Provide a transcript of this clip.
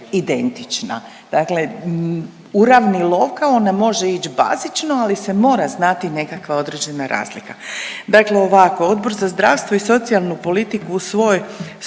identična, dakle uravnilovka ona može ić bazično, ali se mora znati nekakva određena razlika. Dakle ovako, Odbor za zdravstvo i socijalnu politiku u svojoj,